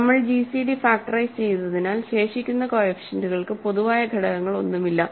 നമ്മൾ GCD factorise ചെയ്തതിനാൽ ശേഷിക്കുന്ന കോഎഫിഷ്യന്റുകൾക്ക് പൊതുവായ ഘടകങ്ങളൊന്നുമില്ല